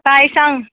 बाय सांग